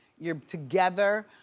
you're together,